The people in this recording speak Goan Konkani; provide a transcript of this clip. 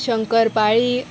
शंकर पाळी